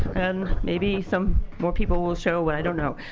and maybe some more people will show. but i don't know.